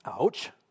Ouch